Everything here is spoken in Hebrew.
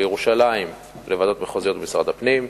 בירושלים, לוועדות מחוזיות במשרד הפנים,